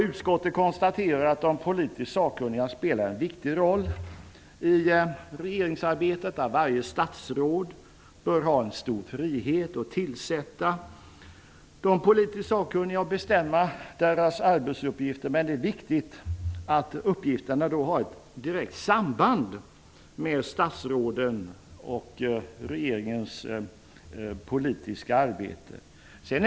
Utskottet konstaterar att de politiskt sakkunniga spelar en viktig roll i regeringsarbetet, att varje statsråd bör ha en stor frihet att tillsätta de politiskt sakkunniga och bestämma deras arbetsuppgifter, men det är viktigt att uppgifterna då har ett direkt samband med statsråden och regeringens politiska arbete.